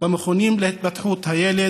במכונים להתפתחות הילד,